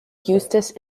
eustace